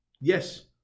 yes